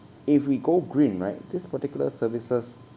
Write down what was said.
if we go green right this particular services